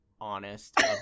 honest